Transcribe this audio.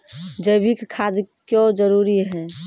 जैविक खाद क्यो जरूरी हैं?